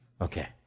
Okay